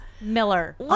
Miller